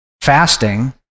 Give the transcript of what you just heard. fasting